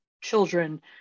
children